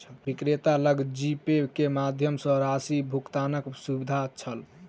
विक्रेता लग जीपे के माध्यम सॅ राशि भुगतानक सुविधा छल